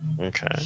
okay